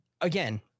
again